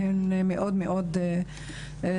שהם דברים מאוד חשובים.